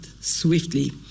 swiftly